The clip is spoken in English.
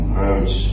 roads